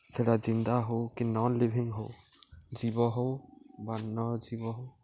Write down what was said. ସେଟା ଜିନ୍ଦା ହଉ କି ନନ୍ଲିଭିଙ୍ଗ୍ ହଉ ଜୀବ ହଉ ବା ନ ଜୀବ ହଉ